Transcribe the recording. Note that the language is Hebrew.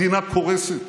המדינה קורסת.